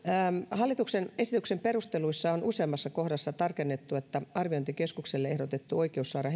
hallituksen esityksen perusteluissa on useammassa kohdassa tarkennettu että arviointikeskukselle ehdotettu oikeus saada